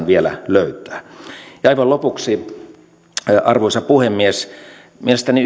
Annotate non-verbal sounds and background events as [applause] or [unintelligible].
[unintelligible] vielä löytää aivan lopuksi arvoisa puhemies mielestäni [unintelligible]